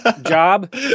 job